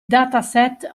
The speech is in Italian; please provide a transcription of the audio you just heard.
dataset